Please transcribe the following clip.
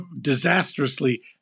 disastrously